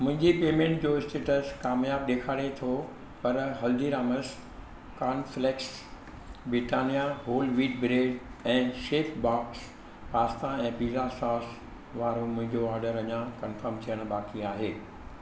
मुंहिंजी पेमेंट जो स्टेटस कामयाब ॾेखारे थो पर Haldiram's cornflakes Britannia whole wheat bread ऐं शेफ बाक्स पास्ता ऐं पिज़ा सॉस वारो मुंहिंजो ऑडर अञां कंफर्म थियणु बाक़ी आहे